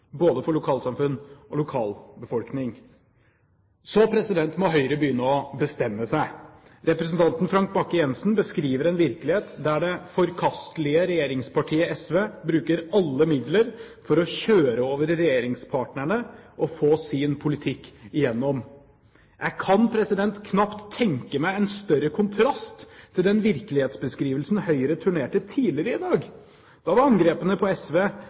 både for lokalsamfunn og for lokalbefolkning. Så må Høyre begynne å bestemme seg. Representanten Frank Bakke Jensen beskriver en virkelighet der det forkastelige regjeringspartiet SV bruker alle midler for å kjøre over regjeringspartnerne og få sin politikk igjennom. Jeg kan knapt tenke meg en større kontrast til den virkelighetsbeskrivelsen Høyre turnerte tidligere i dag. Da var angrepene på SV